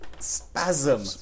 Spasm